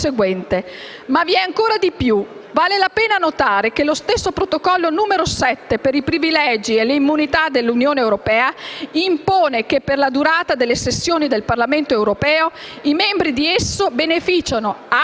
Ma vi è ancora di più. Vale la pena notare che lo stesso protocollo n. 7 per i privilegi e le immunità dell'Unione europea impone che: «Per la durata delle sessioni del Parlamento europeo, i membri di esso beneficiano: